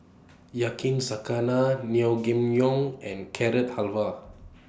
Yakizakana Naengmyeon and Carrot Halwa